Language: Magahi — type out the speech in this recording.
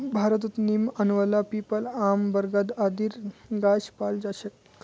भारतत नीम, आंवला, पीपल, आम, बरगद आदिर गाछ पाल जा छेक